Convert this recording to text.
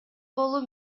болуп